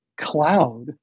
cloud